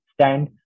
stand